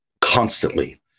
constantly